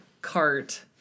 cart